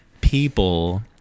people